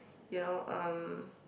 you know erm